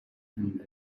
and